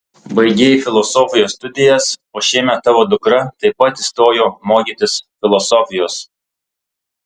baigei filosofijos studijas o šiemet tavo dukra taip pat įstojo mokytis filosofijos